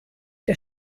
der